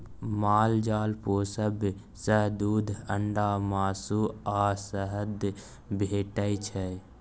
माल जाल पोसब सँ दुध, अंडा, मासु आ शहद भेटै छै